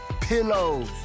pillows